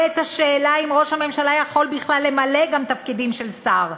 את השאלה אם ראש הממשלה יכול בכלל למלא גם תפקידים של שר.